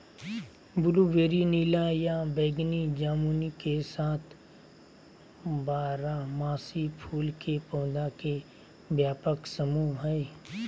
blueberry नीला या बैगनी जामुन के साथ बारहमासी फूल के पौधा के व्यापक समूह हई